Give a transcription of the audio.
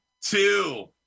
two